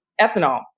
ethanol